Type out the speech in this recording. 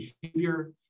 behavior